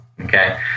Okay